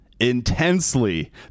intensely